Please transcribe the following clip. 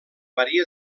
maria